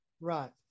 Right